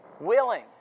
Willing